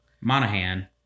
Monahan